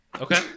Okay